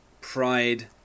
pride